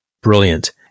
brilliant